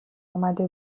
آمده